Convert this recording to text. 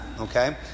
Okay